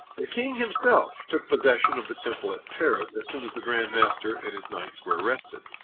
the king himself took possession of the temple at paris as soon as the grand master and his knights were arrested.